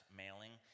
mailing